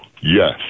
Yes